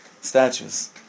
statues